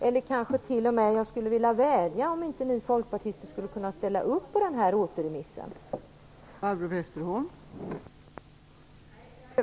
Jag skulle t.o.m. vilja vädja till folkpartisterna att ställa sig bakom återremissyrkandet.